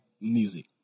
music